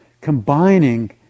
combining